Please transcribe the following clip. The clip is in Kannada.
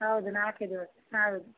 ಹೌದು ನಾಲ್ಕೇ ದಿವಸ ಹೌದು